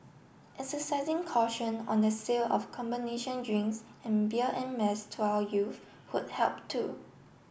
exercising caution on the sale of combination drinks and beer en mass to our youth would help too